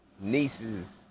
nieces